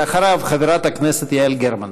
ואחריו, חברת הכנסת יעל גרמן.